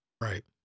right